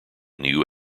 new